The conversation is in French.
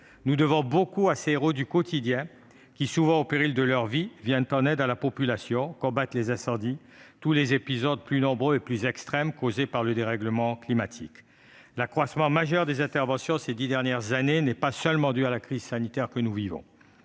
nous devons beaucoup à ces héros du quotidien qui, souvent au péril de leur vie, viennent en aide à la population, combattent les incendies et tous les épisodes extrêmes de plus en plus nombreux et causés par le dérèglement climatique. L'accroissement majeur du nombre d'interventions durant ces dix dernières années n'est pas seulement dû à la crise sanitaire que nous vivons.